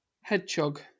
hedgehog